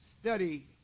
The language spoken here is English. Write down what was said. study